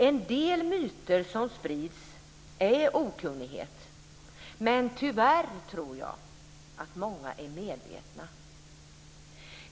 En del myter som sprids bottnar i okunnighet, men tyvärr är det nog många som är medvetna.